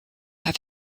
have